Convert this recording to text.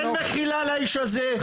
אין מחילה לאיש הזה,